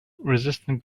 resistant